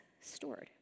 stored